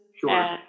Sure